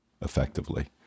effectively